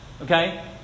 Okay